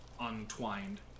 untwined